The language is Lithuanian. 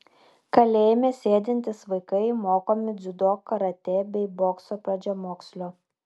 kalėjime sėdintys vaikai mokomi dziudo karatė bei bokso pradžiamokslio